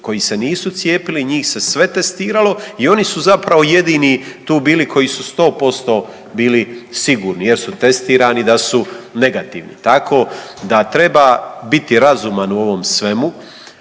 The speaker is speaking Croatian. koji se nisu cijepili njih se sve testiralo i oni su zapravo jedini tu bili koji su sto posto bili sigurni jer su testirani da su negativni. Tako da treba biti razuman u ovom svemu.